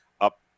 up